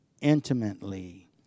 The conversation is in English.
intimately